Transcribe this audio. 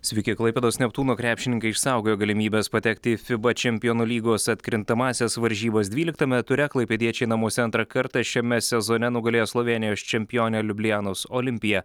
sveiki klaipėdos neptūno krepšininkai išsaugojo galimybes patekti į fiba čempionų lygos atkrintamąsias varžybas dvyliktame ture klaipėdiečiai namuose antrą kartą šiame sezone nugalėjo slovėnijos čempionę liublianos olimpiją